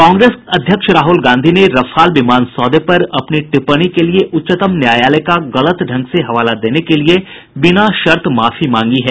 कांग्रेस अध्यक्ष राहुल गांधी ने रफाल विमान सौदे पर अपनी टिप्पणी के लिए उच्चतम न्यायालय का गलत ढंग से हवाला देने के लिए बिना शर्त माफी मांगी है